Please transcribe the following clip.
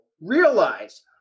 realize